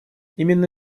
именно